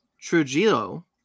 Trujillo